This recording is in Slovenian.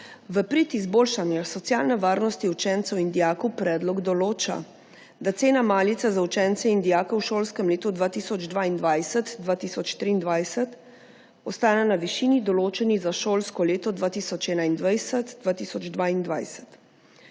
V prid izboljšanja socialne varnosti učencev in dijakov predlog določa, da cena malice za učence in dijake v šolskem letu 2022/2023 ostane na višini, določeni za šolsko leto 2021/2022.